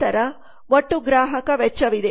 ನಂತರ ಒಟ್ಟು ಗ್ರಾಹಕ ವೆಚ್ಚವಿದೆ